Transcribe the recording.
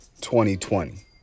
2020